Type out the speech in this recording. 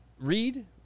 read